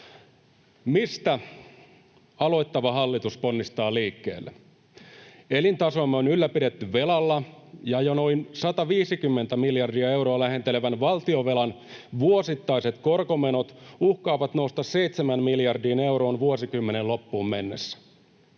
Mistä aloittava hallitus ponnistaa liikkeelle? Elintasoamme on ylläpidetty velalla, ja jo noin 150:tä miljardia euroa lähentelevän valtionvelan vuosittaiset korkomenot uhkaavat nousta 7 miljardiin euroon vuosikymmenen loppuun mennessä.